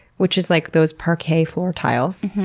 which is like those parquet floor tiles,